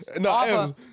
No